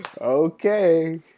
Okay